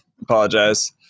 apologize